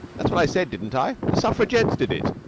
that's what i said, didn't i? the suffragettes did it.